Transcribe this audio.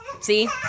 see